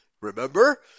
Remember